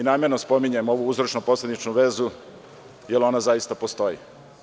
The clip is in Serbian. Namerno spominjem ovu uzročno posledičnu vezu, jer ona zaista postoji.